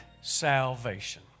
salvation